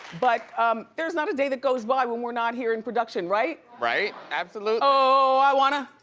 but there's not a day that goes by when we're not here in production, right? right, absolutely. oh, i wanna